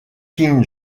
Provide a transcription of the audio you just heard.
king